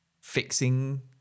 fixing